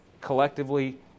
collectively